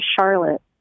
Charlotte